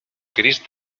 crist